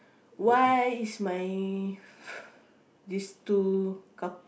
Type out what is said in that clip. why is my this two coup~